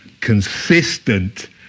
consistent